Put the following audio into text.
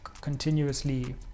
continuously